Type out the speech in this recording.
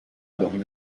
dormir